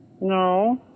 No